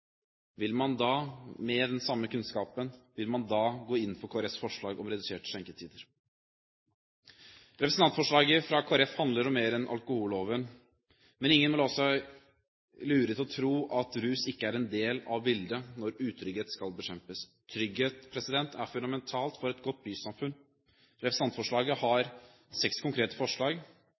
vil man da med den samme kunnskapen gå inn for Kristelig Folkepartis forslag om reduserte skjenketider? Representantforslaget fra Kristelig Folkeparti handler om mer enn alkoholloven. Men ingen må la seg lure til å tro at rus ikke er en del av bildet når uttrygghet skal bekjempes. Trygghet er fundamentalt for et godt bysamfunn. Representantforslaget har seks konkrete forslag,